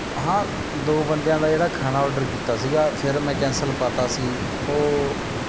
ਹਾਂ ਦੋ ਬੰਦਿਆਂ ਦਾ ਜਿਹੜਾ ਖਾਣਾ ਆਰਡਰ ਕੀਤਾ ਸੀਗਾ ਫਿਰ ਮੈਂ ਕੈਂਸਲ ਪਾਤਾ ਸੀ ਉਹ